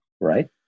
right